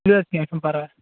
تُلِو حظ کینٛہہ چھُنہٕ پرواے